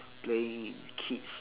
playing with kids